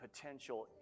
potential